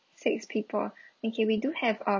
six people okay we do have uh